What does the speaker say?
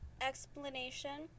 explanation